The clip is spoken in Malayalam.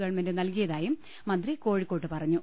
ഗവൺമെന്റ് നൽകിയതായും മന്ത്രി കോഴിക്കോട്ട് പറഞ്ഞു